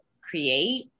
create